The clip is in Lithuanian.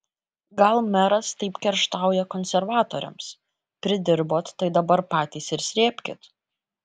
gal meras taip kerštauja konservatoriams pridirbot tai dabar patys ir srėbkit